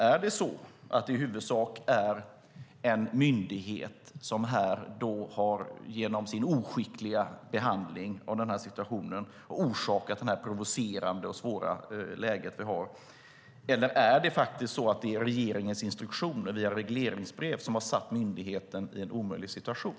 Är det i huvudsak en myndighet som genom sin oskickliga behandling av situationen har orsakat det provocerande och svåra läge vi har? Eller är det regeringens instruktioner via regleringsbrev som har satt myndigheten i en omöjlig situation?